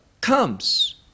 comes